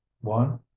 one